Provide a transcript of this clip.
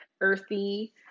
earthy